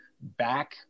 back